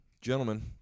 gentlemen